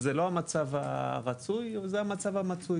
זה לא המצב הרצוי, אבל זה המצב המצוי.